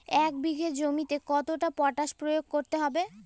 এক বিঘে জমিতে কতটা পটাশ প্রয়োগ করতে হবে?